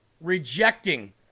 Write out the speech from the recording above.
rejecting